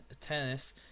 Tennis